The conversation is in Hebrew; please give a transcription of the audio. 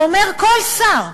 או אומר כל שר,